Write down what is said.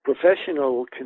professional